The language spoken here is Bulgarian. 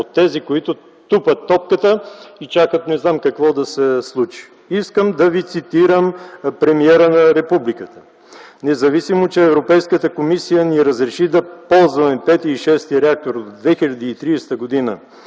от тези, които тупат топката и чакат не знам какво да се случи. Искам да Ви цитирам премиера на републиката: „Независимо, че Европейската комисия ни разреши да ползваме V и VІ реактор до 2030 г.,